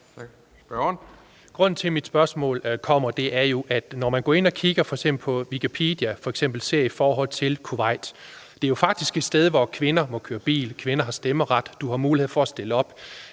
Grunden til, at mit spørgsmål kommer, er jo, at når man f.eks. går ind på Wikipedia og søger på Kuwait, kan man se, at det faktisk er et sted, hvor kvinder må køre bil, hvor kvinder har stemmeret og har mulighed for at stille op